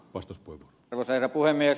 arvoisa herra puhemies